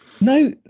No